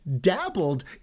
dabbled